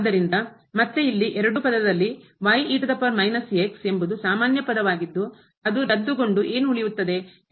ಆದ್ದರಿಂದ ಮತ್ತೆ ಇಲ್ಲಿ ಎರಡು ಪದದಲ್ಲಿ ಎಂಬುದು ಸಾಮಾನ್ಯ ಪದವಾಗಿದ್ದು ಅದು ರದ್ದುಗೊಂಡು ಏನು ಉಳಿಯುತ್ತದೆ ಎಂದರೆ